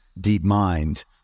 DeepMind